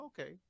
okay